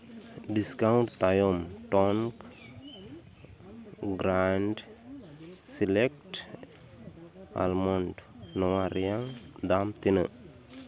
discount ᱛᱟᱭᱚᱢ ᱴᱚᱝᱠ grand select almond ᱱᱚᱣᱟ ᱨᱮᱭᱟᱜ ᱫᱟᱢ ᱛᱤᱱᱟᱹᱜ